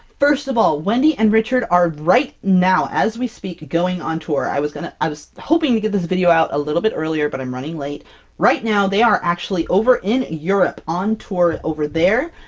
first of all wendy and richard are right now, as we speak, going on tour! i was going to i was hoping to get this video out a little bit earlier, but i'm running late right now, they are actually over in europe on tour over there,